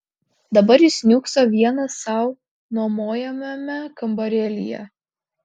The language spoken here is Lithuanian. dabar jis niūkso vienas sau nuomojamame kambarėlyje